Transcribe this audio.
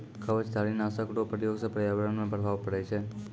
कवचधारी नाशक रो प्रयोग से प्रर्यावरण मे प्रभाव पड़ै छै